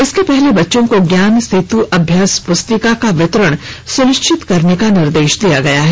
इसके पहले बच्चों को ज्ञान सेतू अभ्यास पुस्तिका का वितरण सुनिश्चित करने का निर्देश दिया गया है